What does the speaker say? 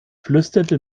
flüsterte